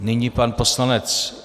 Nyní pan poslanec...